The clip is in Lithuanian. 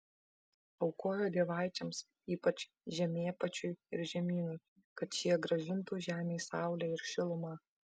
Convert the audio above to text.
aukojo dievaičiams ypač žemėpačiui ir žemynai kad šie grąžintų žemei saulę ir šilumą